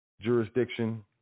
jurisdiction